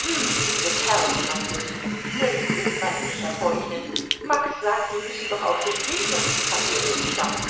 hm diese kerls meinte sie nirgends ist man sicher vor ihnen max sag die müssen doch aus den hintersten familien stammen